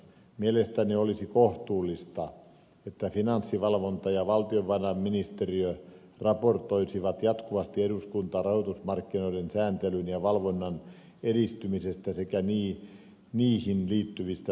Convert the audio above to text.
mielestäni olisi kohtuullista että finanssivalvonta ja valtionvarainministeriö raportoisivat jatkuvasti eduskuntaa rahoitusmarkkinoiden sääntelyn ja valvonnan edistymisestä sekä niihin liittyvistä toimenpiteistä